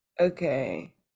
Okay